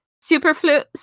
Superfluous